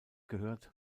gehört